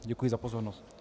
Děkuji za pozornost.